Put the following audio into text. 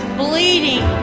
bleeding